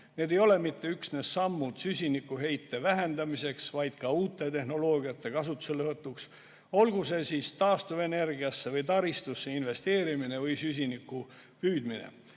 Need ei ole mitte üksnes sammud süsinikuheite vähendamiseks, vaid ka uute tehnoloogiate kasutuselevõtuks, olgu see taastuvenergiasse või taristusse investeerimine või süsiniku kinnipüüdmine.